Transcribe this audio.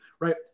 right